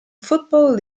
football